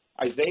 Isaiah